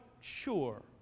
sure